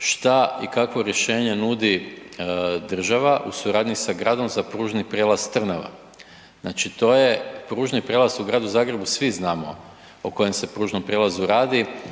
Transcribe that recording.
šta i kakvo rješenje nudi država u suradnji sa gradom za pružni prijelaz Trnava, znači to je pružni prijelaz u Gradu Zagrebu svi znamo o kojem se pružnom prijelazu radi,